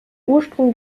ursprung